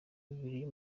bibiliya